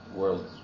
world